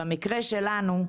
במקרה שלנו,